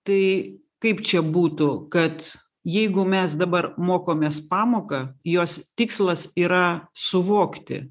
tai kaip čia būtų kad jeigu mes dabar mokomės pamoką jos tikslas yra suvokti